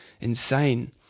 insane